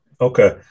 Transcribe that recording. Okay